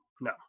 no